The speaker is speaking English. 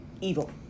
evil